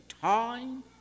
time